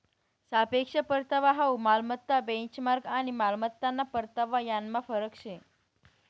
सापेक्ष परतावा हाउ मालमत्ता बेंचमार्क आणि मालमत्ताना परतावा यानमा फरक शे